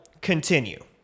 Continue